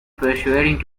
persuaded